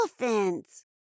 elephants